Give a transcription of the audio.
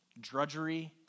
drudgery